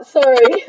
Sorry